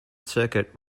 circuit